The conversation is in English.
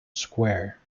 square